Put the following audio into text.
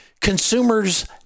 consumers